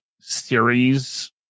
series